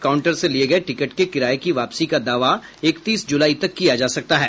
counter से लिए गए टिकट के किराये की वापसी का दावा इकतीस जुलाई तक किया जा सकता है